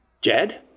Jed